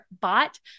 bought